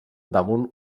damunt